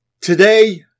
Today